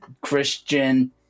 Christian